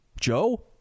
Joe